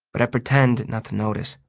but i pretend not to notice.